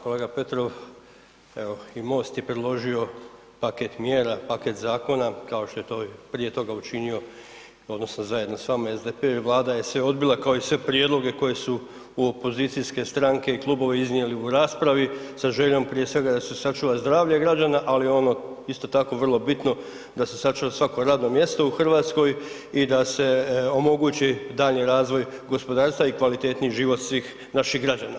Kolega Petrov, evo i MOST je predložio paket mjera, paket zakona kao što je prije toga učinio odnosno zajedno s vama SDP, Vlada je sve odbila kao i sve prijedloge koje su opozicijske stranke i klubovi iznijeli u raspravi sa željom prije svega da se sačuva zdravlje građana, ali ono isto tako vrlo bitno da se sačuva svako radno mjesto u Hrvatskoj i da se omogući daljnji razvoj gospodarstva i kvalitetniji život svih naših građana.